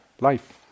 life